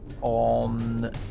On